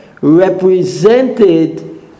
represented